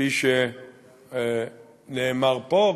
כפי שנאמר פה,